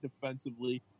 defensively